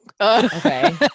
okay